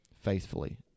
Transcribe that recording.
faithfully